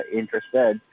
interested